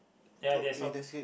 ya that's all